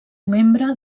membre